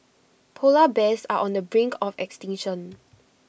Polar Bears are on the brink of extinction